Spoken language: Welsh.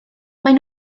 maen